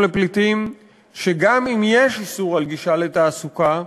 לפליטים שגם אם יש איסור על גישה לתעסוקה,